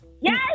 Yes